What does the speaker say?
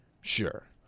Sure